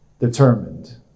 determined